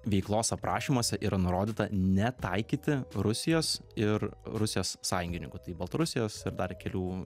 veiklos aprašymuose yra nurodyta netaikyti rusijos ir rusijos sąjungininkų tai baltarusijos ir dar kelių